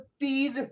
feed